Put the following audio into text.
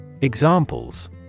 Examples